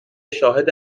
شاهد